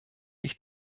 ich